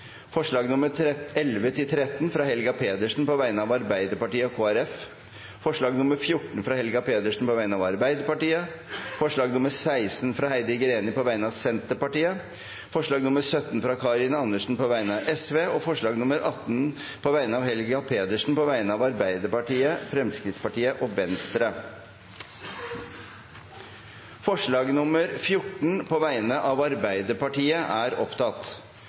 forslag. Det er forslagene nr. 1–10, fra Helge André Njåstad på vegne av Høyre, Fremskrittspartiet og Venstre forslagene nr. 11–13, fra Helga Pedersen på vegne av Arbeiderpartiet og Kristelig Folkeparti forslag nr. 14, fra Helga Pedersen på vegne av Arbeiderpartiet forslag nr. 16, fra Heidi Greni på vegne av Senterpartiet forslag nr. 17, fra Karin Andersen på vegne av Sosialistisk Venstreparti forslag nr. 18, fra Helga Pedersen på vegne av Arbeiderpartiet, Fremskrittspartiet og Venstre Det voteres over forslag nr. 14,